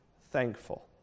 thankful